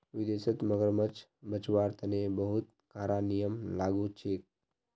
विदेशत मगरमच्छ बचव्वार तने बहुते कारा नियम लागू छेक